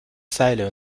seile